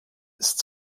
ist